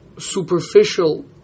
Superficial